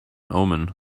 omen